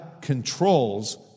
controls